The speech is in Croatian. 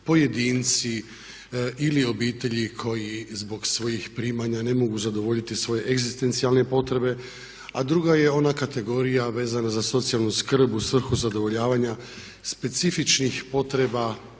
pojedinci ili obitelji koje zbog svojih primanja ne mogu zadovoljiti svoje egzistencijalne potrebe. Druga je ona kategorija vezana za socijalnu skrb u svrhu zadovoljavanja specifičnih potreba